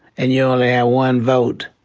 and you only had one vote.